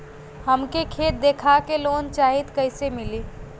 हमके खेत देखा के लोन चाहीत कईसे मिली?